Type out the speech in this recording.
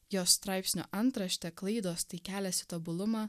jo straipsnio antraštė klaidos tai kelias į tobulumą